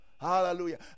Hallelujah